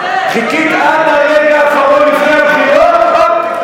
חיכית עד הרגע האחרון לפני הבחירות,